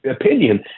opinion